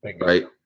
right